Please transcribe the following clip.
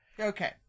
okay